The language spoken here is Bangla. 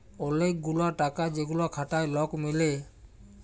ওলেক গুলা টাকা যেগুলা খাটায় লক মিলে